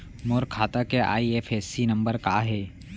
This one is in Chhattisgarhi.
मोर खाता के आई.एफ.एस.सी नम्बर का हे?